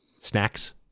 Snacks